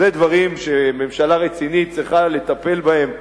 אלה דברים שממשלה רצינית צריכה לטפל בהם בהדרגה,